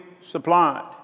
supplied